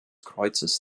kreuzes